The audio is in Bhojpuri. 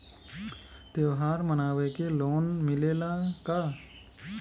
त्योहार मनावे के लोन मिलेला का?